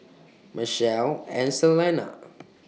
Michelle and Selene